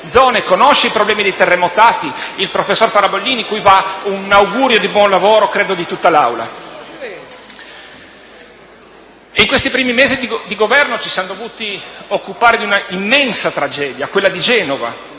zone e i problemi dei terremotati, il professor Farabollini, cui va un augurio di buon lavoro credo di tutta l'Assemblea. In questi primi mesi di Governo ci siamo dovuti occupare di una immensa tragedia, quella di Genova,